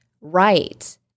right